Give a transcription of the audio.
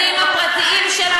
מדברים גם כלפי הילדים הפרטיים שלנו,